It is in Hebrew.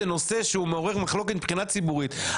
נושא שהוא מעורר מחלוקת מבחינה ציבורית,